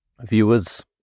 viewers